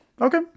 Okay